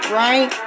right